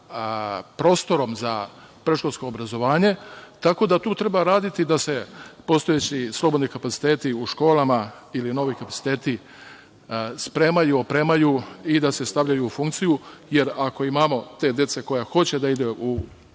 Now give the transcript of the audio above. prostorom za predškolsko obrazovanje, tako da tu treba raditi da se postojeći slobodni kapaciteti u školama ili novi kapaciteti spremaju, opremaju i da se stavljaju u funkciju, jer ako imamo te dece koja hoće da idu,